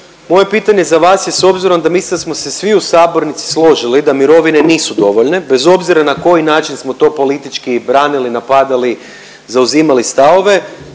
Moje pitanje za vas je, s obzirom da mislim da smo se svi u sabornici složili da mirovine nisu dovoljne bez obzira na koji način smo to politički branili, napadali, zauzimali stavove,